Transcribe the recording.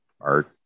Art